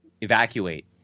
evacuate